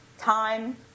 time